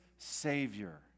Savior